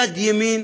יד ימין